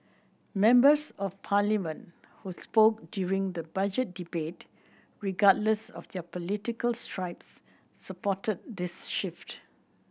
members of Parliament who spoke during the Budget debate regardless of their political stripes supported this shift